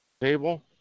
table